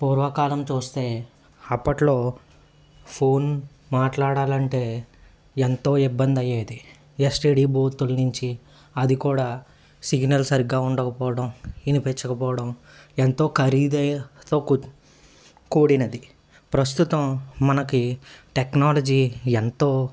పూర్వకాలం చూస్తే అప్పట్లో ఫోన్ మాట్లాడాలంటే ఎంతో ఇబ్బంది అయ్యేది ఎస్డిడి బూతుల నుంచి అది కూడా సిగ్నల్ సరిగ్గా ఉండకపోవడం వినిపించకపోవడం ఎంతో ఖరీదుతో కూ కూడినది ప్రస్తుతం మనకి టెక్నాలజీ ఎంతో